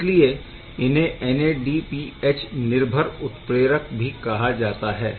इसलिए इन्हें NADPH निर्भर उत्प्रेरक भी कहा जाता है